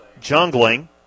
Jungling